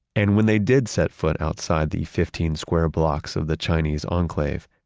and when they did set foot outside the fifteen square blocks of the chinese enclave,